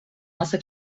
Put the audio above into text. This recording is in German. nasse